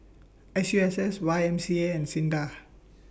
S U S S Y M C A and SINDA